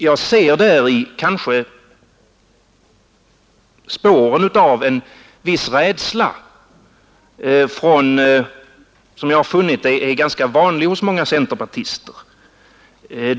Jag ser däri kanske spåren av en viss rädsla, som jag har funnit är ganska vanlig hos många centerpartister.